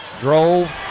drove